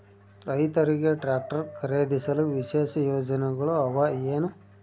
ರೈತರಿಗೆ ಟ್ರಾಕ್ಟರ್ ಖರೇದಿಸಲು ವಿಶೇಷ ಯೋಜನೆಗಳು ಅವ ಏನು?